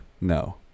No